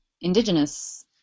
indigenous